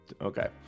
Okay